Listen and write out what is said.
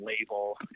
label